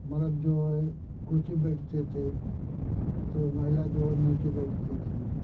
मर्द जो है कुर्सी पर बैठते थे तो महिला जो है नीचे बैठती थी